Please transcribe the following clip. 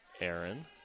Aaron